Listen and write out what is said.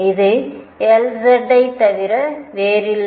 இது Lz ஐ தவிர வேறில்லை